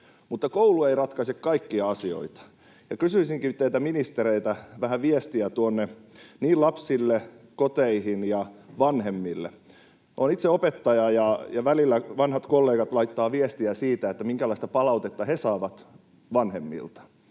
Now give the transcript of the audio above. Mutta koulu ei ratkaise kaikkia asioita, ja kysyisinkin teiltä ministereiltä vähän viestiä tuonne lapsille sekä koteihin ja vanhemmille. Olen itse opettaja, ja välillä vanhat kollegat laittavat viestiä siitä, minkälaista palautetta he saavat vanhemmilta.